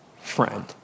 friend